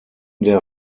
der